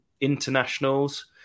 internationals